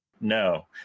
no